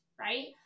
right